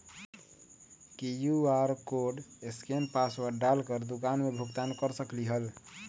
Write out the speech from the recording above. QR code scan password डाल कर दुकान में भुगतान कर सकलीहल?